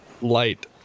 light